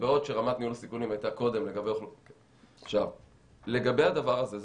בעוד שרמת ניהול הסיכונים הייתה קודם --- לגבי הדבר הזה,